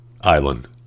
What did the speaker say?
island